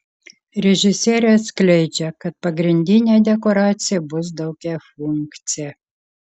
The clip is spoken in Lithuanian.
režisierė atskleidžia kad pagrindinė dekoracija bus daugiafunkcė